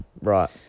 Right